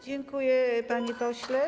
Dziękuję, panie pośle.